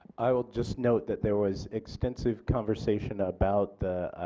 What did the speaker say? i will just note that there was extensive conversation about the